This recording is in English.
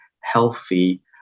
healthy